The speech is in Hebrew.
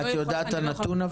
את יודעת את הנתון ?